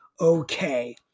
okay